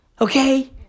Okay